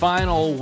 Final